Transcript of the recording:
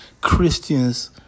Christians